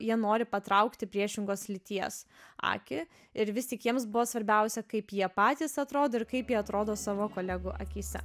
jie nori patraukti priešingos lyties akį ir vis tik jiems buvo svarbiausia kaip jie patys atrodo ir kaip jie atrodo savo kolegų akyse